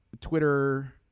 Twitter